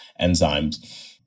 enzymes